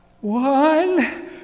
One